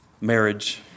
marriage